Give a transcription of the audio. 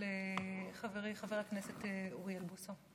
של חברי חבר הכנסת אוריאל בוסו,